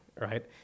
right